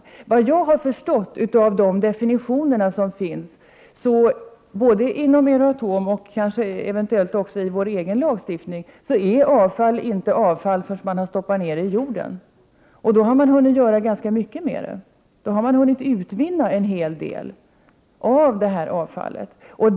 Enligt vad jag har förstått av de definitioner som finns både inom Euratom och eventuellt också i vår egen lagstiftning är avfall inte avfall förrän man har stoppat ned det i jorden. Då har man hunnit göra ganska mycket med det. Man har hunnit utvinna en hel del av avfallet.